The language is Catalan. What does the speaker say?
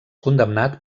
condemnat